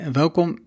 welkom